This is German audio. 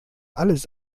alles